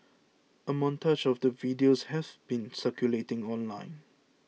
a montage of the videos have been circulating online